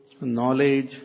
knowledge